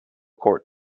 court